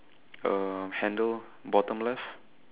um handle bottom left